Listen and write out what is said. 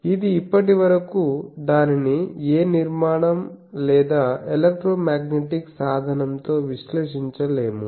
ఇది ఇప్పటివరకు దానిని ఏ నిర్మాణం లేదా ఎలక్ట్రోమాగ్నెటిక్ సాధనంతో విశ్లేషించలేము